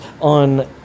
on